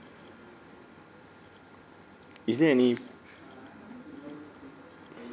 is there any